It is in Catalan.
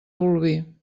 bolvir